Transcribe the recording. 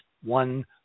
one